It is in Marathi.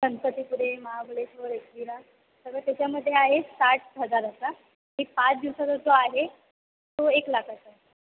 गणपतीपुळे महाबळेश्वर एकवीरा सगळं त्याच्यामध्ये आहे साठ हजाराचा एक पाच दिवसाचा जो आहे तो एक लाखाचा